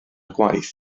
gwaith